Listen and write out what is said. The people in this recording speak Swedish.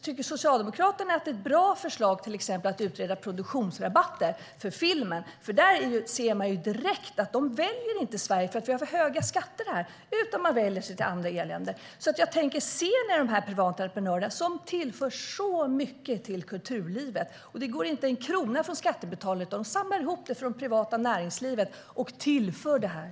Tycker Socialdemokraterna att det till exempel är ett bra förslag att utreda produktionsrabatter för filmen? Där ser vi nämligen direkt att man inte väljer Sverige eftersom vi har för höga skatter här. Man vänder sig i stället till andra EU-länder. Jag undrar alltså om ni ser de här privata entreprenörerna, som tillför så mycket till kulturlivet. Det går inte en krona från skattebetalarna, utan de samlar ihop det från det privata näringslivet och tillför detta.